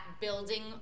building